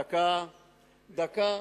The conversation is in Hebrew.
זה קיים באירופה,